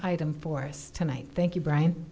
item for us tonight thank you brian